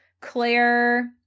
Claire